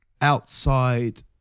outside